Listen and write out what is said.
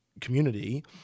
community